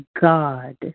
God